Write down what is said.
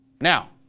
Now